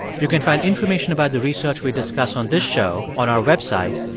you can find information about the research we discuss on this show on our website,